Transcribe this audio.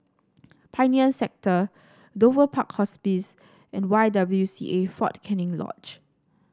Pioneer Sector Dover Park Hospice and Y W C A Fort Canning Lodge